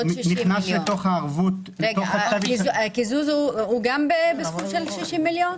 גם הקיזוז הוא בסכום של 60 מיליון?